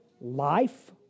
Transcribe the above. life